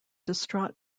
distraught